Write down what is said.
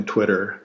Twitter